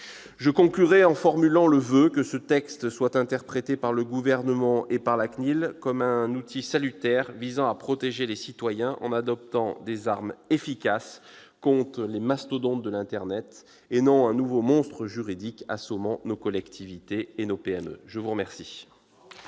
Je conclurai en formulant le voeu que ce texte soit interprété par le Gouvernement et par la CNIL comme un outil salutaire visant à protéger les citoyens, grâce à l'adoption d'armes efficaces contre les mastodontes de l'internet, et non comme un nouveau monstre juridique assommant nos collectivités locales et nos PME. Très bien